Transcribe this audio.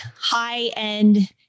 high-end